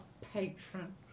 patron